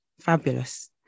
fabulous